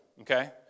okay